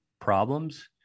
problems